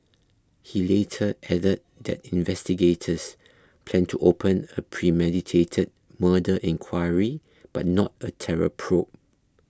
he later added that investigators planned to open a premeditated murder inquiry but not a terror probe